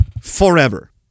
forever